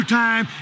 time